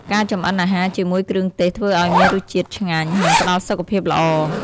ការចម្អិនអាហារជាមួយគ្រឿងទេសធ្វើឱ្យមានរសជាតិឆ្ងាញ់ និងផ្តល់សុខភាពល្អ។